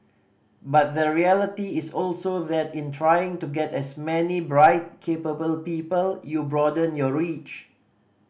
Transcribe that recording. but the reality is also that in trying to get as many bright capable people you broaden your reach